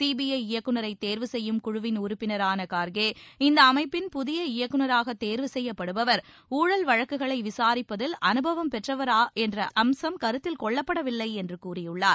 CBI இயக்குநரை தேர்வு செய்யும் குழுவின் உறுப்பினரான கார்கே இந்த அமைப்பின் புதிய இயக்குநராக தேர்வு செய்யப்படுபவர் ஊழல் வழக்குகளை விசாரிப்பதில் அனுபவம் பெற்றவரா என்ற அம்சம் கருத்தில் கொள்ளப்படவில்லை என்று கூறியுள்ளார்